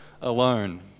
alone